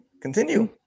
Continue